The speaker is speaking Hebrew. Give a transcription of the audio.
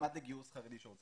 אותו מועמד חרדי שרוצה